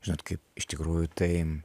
žinot kaip iš tikrųjų tai